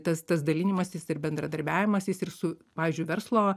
tas tas dalinimasis ir bendradarbiavimas jis ir su pavyzdžiui verslo